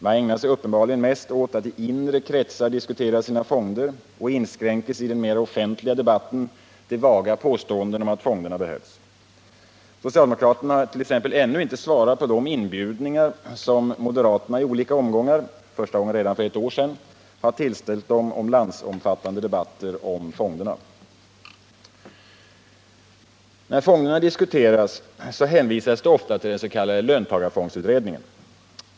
Man ägnar sig uppenbarligen mest åt att i inre kretsar diskutera sina fonder och inskränker sig i den mera offentliga debatten till vaga påståenden att fonderna behövs. Socialdemokraterna har ännu inte svarat på de inbjudningar moderaterna i olika omgångar — första gången redan för ett år sedan -— tillställt dem om landsomfattande debatter om fonderna. När fonderna diskuteras hänvisas det ofta till den s.k. löntagarfondsutredningen.